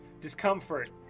Discomfort